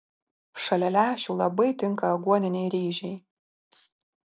šalia lęšių labai tinka aguoniniai ryžiai